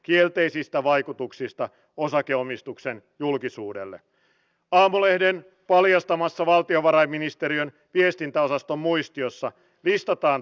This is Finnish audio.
mutta se hakemus se prosessi pitää saada mahdollisimman nopeasti käsiteltyä